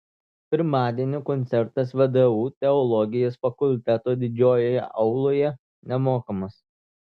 pirmadienio koncertas vdu teologijos fakulteto didžiojoje auloje nemokamas